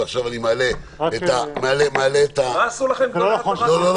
ועכשיו אני מעלה --- מה עשו לכם --- דקה.